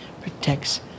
protects